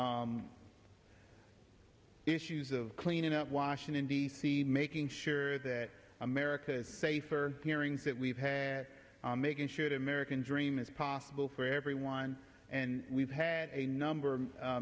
issues of cleaning up washington d c making sure that america is safer hearings that we've had making sure the american dream is possible for everyone and we've had a number